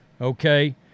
Okay